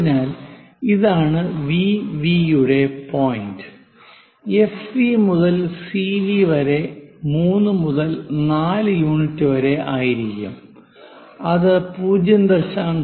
അതിനാൽ ഇതാണ് V V യുടെ പോയിന്റ് FV മുതൽ CV വരെ 3 മുതൽ 4 യൂണിറ്റ് വരെ ആയിരിക്കും അത് 0